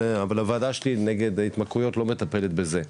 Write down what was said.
אבל הוועדה שלי נגד התמכרויות לא מטפלת בזה.